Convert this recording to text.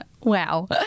Wow